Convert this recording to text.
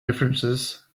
references